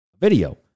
video